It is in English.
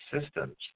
systems